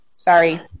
Sorry